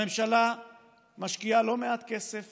הממשלה משקיעה לא מעט כסף